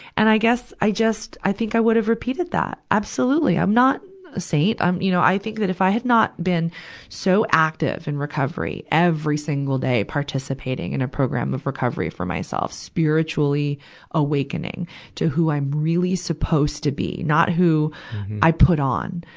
and i guess, i just, i think i would have repeated that. absolutely. i'm not a saint. i'm, you know, i think that if i had not been so active in recovery, every single day participating in a program of recovery for myself, spiritually awakening to who i'm really supposed to be, not who i put on,